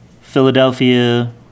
Philadelphia